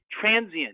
transient